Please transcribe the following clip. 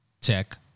tech